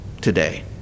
today